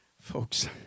Folks